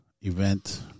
event